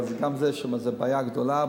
אבל גם זו בעיה גדולה,